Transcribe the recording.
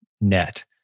net